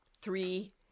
three